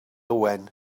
owen